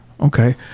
okay